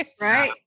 Right